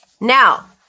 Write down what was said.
now